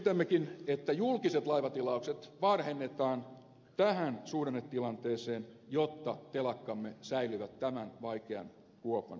esitämmekin että julkiset laivatilaukset varhennetaan tähän suhdannetilanteeseen jotta telakkamme säilyvät tämän vaikean kuopan yli